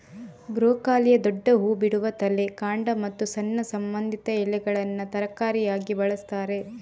ಬ್ರೊಕೊಲಿಯ ದೊಡ್ಡ ಹೂ ಬಿಡುವ ತಲೆ, ಕಾಂಡ ಮತ್ತು ಸಣ್ಣ ಸಂಬಂಧಿತ ಎಲೆಗಳನ್ನ ತರಕಾರಿಯಾಗಿ ಬಳಸ್ತಾರೆ